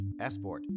esport